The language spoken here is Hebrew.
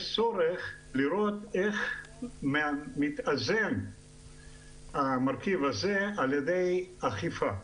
יש צורך לראות איך מתאזן המרכיב הזה על ידי אכיפה,